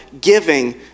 giving